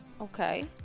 Okay